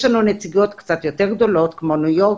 יש לנו נציגויות קצת יותר גדולות כמו ניו יורק,